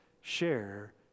Share